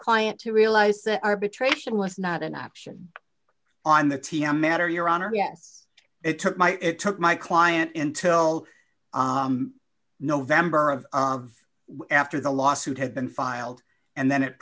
client to realize that arbitration was not an option on the t m matter your honor yes it took my it took my client in till november of after the lawsuit had been filed and then it